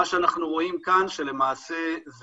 מנכ"ל משרד הבריאות בא לבקר אותנו ביום